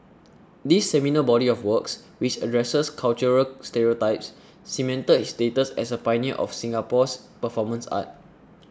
this seminal body of works which addresses cultural stereotypes cemented his status as a pioneer of Singapore's performance art